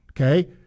okay